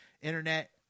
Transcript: internet